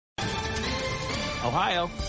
Ohio